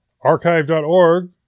Archive.org